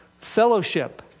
fellowship